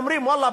אומרים: ואללה,